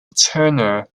turner